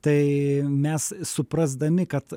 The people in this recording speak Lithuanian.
tai mes suprasdami kad